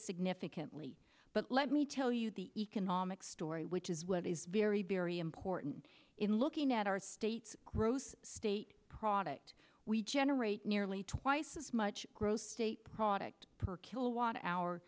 significantly but let me tell you the economic story which is what is very very important in looking at our state's gross state product we generate nearly twice as much growth state product per kilowatt hour